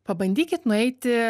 pabandykit nueiti